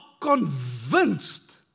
convinced